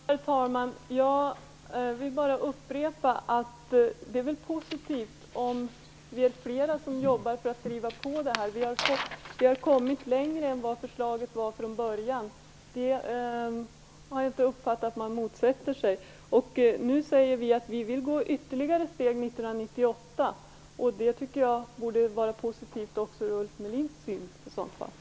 Herr talman! Jag vill bara upprepa att det väl är positivt om vi är flera som jobbar för att driva på det här. Vi har kommit längre än vad som föreslogs från början, och det har jag inte uppfattat att man motsätter sig. Nu säger vi att vi vill ta ytterligare steg 1998, och det tycker jag borde vara positivt också ur Ulf Melins synvinkel i så fall.